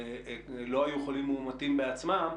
שלא היו חולים מאומתים בעצמם,